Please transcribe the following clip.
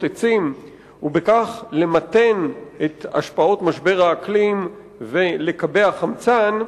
עצים כדי למתן את השפעות משבר האקלים ולקבע חמצן,